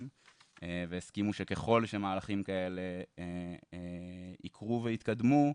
והסכימו שככל שמהלכים כאלה יקרו והתקדמו,